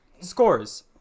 Scores